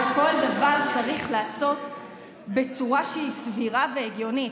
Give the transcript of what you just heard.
אבל כל דבר צריך לעשות בצורה סבירה והגיונית.